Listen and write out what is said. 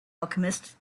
alchemist